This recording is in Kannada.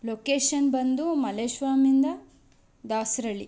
ಲೊಕೇಶನ್ ಬಂದು ಮಲ್ಲೇಶ್ವಂನಿಂದ ದಾಸರಳ್ಳಿ